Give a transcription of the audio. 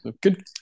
Good